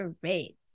great